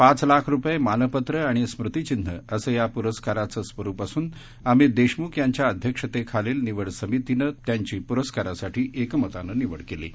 पाच लाख रुपये मानपत्र आणि स्मृतिचिन्ह असं या पुरस्काराचं स्वरुप असून अमित देशमुख यांच्या अध्यक्षतेखालील निवड समितीनं त्यांची प्रस्कारासाठी एकमतान निवड केली आहे